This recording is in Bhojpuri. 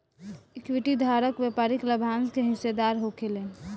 इक्विटी धारक व्यापारिक लाभांश के हिस्सेदार होखेलेन